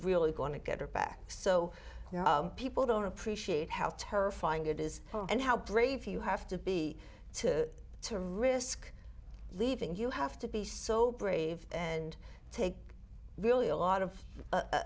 really going to get her back so people don't appreciate how terrifying it is and how brave you have to be to to risk leaving you have to be so brave and take really a lot of